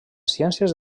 ciències